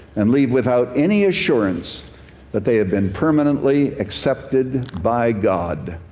and leave without any assurance that they have been permanently accepted by god.